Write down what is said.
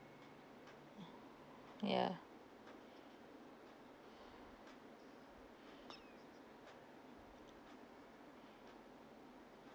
yeah